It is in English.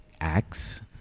acts